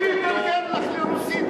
רק רגע.